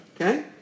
Okay